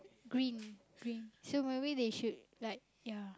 green green so maybe they should like yeah